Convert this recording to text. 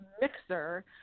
Mixer